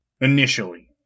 initially